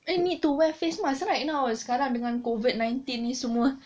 I need to wear face masks right now sekarang dengan COVID nineteen ni semua